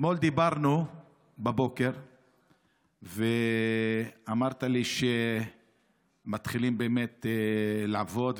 אתמול דיברנו בבוקר ואמרת לי שמתחילים באמת לעבוד,